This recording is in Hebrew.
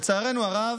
לצערנו הרב,